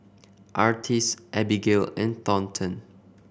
Artis Abigale and Thornton